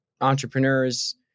Entrepreneurs